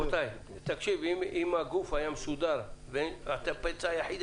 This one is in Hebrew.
אם הגוף היה מסודר והיה פצע יחיד,